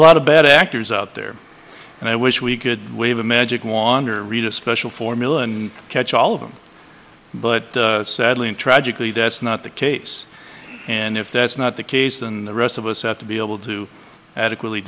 a lot of bad actors out there and i wish we could wave a magic wand or read a special formula and catch all of them but sadly and tragically that's not the case and if that's not the case than the rest of us have to be able to adequately